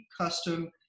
custom